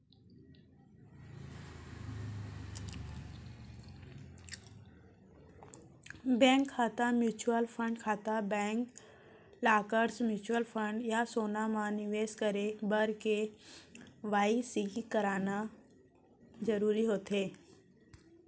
bank खाता, mutual fund खाता, bank lockers, mutual fund या सोना म निवेस करे बर के.वाई.सी कराना जरूरी होथे